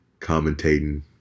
commentating